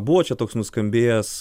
buvo čia toks nuskambėjęs